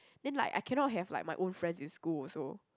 then like I can not have like my own friends in school also